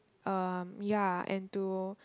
um ya and to